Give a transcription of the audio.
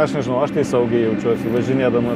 aš nežinau aš tai saugiai jaučiuosi važinėdamas